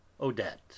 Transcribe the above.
Odette